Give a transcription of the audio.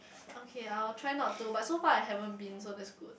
okay I'll try not to but so far I haven't been so that's good